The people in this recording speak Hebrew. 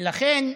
לכן,